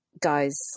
guys